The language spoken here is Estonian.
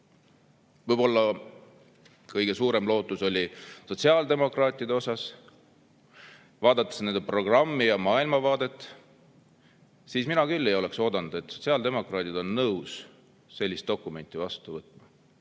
Võib-olla kõige suurem lootus oli sotsiaaldemokraatidel. Vaadates nende programmi ja maailmavaadet, mina küll ei oleks oodanud, et sotsiaaldemokraadid on nõus sellist dokumenti vastu võtma.